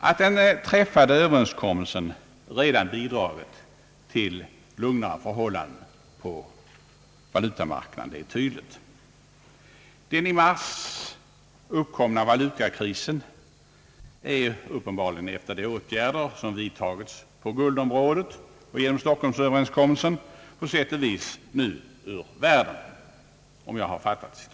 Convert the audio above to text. Att den träffade överenskommelsen redan bidragit till lugnare förhållanden på valutamarknaden är tydligt. Den i mars uppkomna valutakrisen har på sätt och vis bragts ur världen genom de åtgärder som vidtagits på guldområdet och genom stockholmsöverenskommelsen.